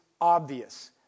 obvious